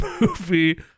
movie